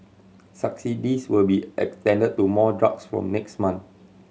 subsidies will be extended to more drugs from next month